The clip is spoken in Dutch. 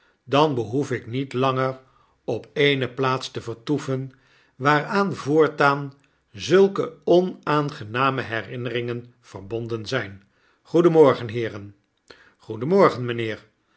dan behoef ik niet langer op eene plaats te vertoeven waaraan voortaan zulke onaangename herinneringen verbonden zyn groedenmorgen heeren goedenmorgen mynheer